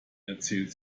erzählt